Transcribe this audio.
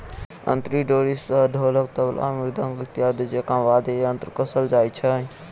अंतरी डोरी सॅ ढोलक, तबला, मृदंग इत्यादि जेंका वाद्य यंत्र कसल जाइत छै